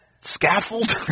scaffold